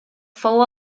fou